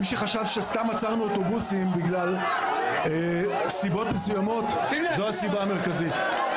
מי שחשב שסתם עצרנו אוטובוסים בגלל סיבות מסוימות זו הסיבה המרכזית.